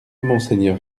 monseigneur